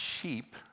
sheep